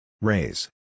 Raise